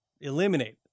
eliminate